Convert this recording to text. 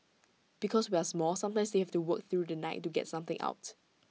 because we are small sometimes they have to work through the night to get something out